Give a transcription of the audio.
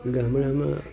ગામડામાં